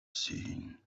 seen